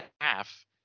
half